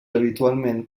habitualment